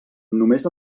només